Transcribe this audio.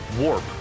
Warp